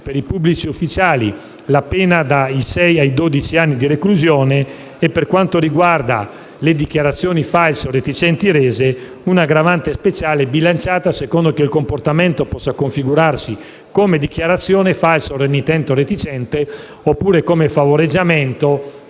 per i pubblici ufficiali la pena dai sei ai dodici anni di reclusione e, per quanto riguarda le dichiarazioni false o reticenti rese, un'aggravante speciale, bilanciata secondo che il comportamento possa configurarsi come dichiarazione falsa, renitente o reticente oppure come favoreggiamento